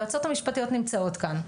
היועצות המשפטיות נמצאות כאן.